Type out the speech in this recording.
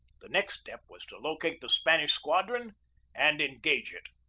the next step was to locate the spanish squadron and engage it.